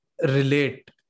relate